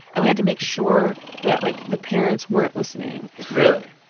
and we had to make sure that, like, the parents weren't listening really?